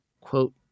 quote